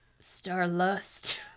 Starlust